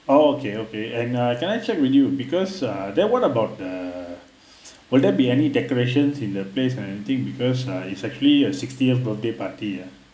orh okay okay and uh can I check with you because uh then what about the will there be any decoration in the place and everything because uh it's actually uh sixtieth birthday party ah